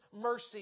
mercy